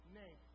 name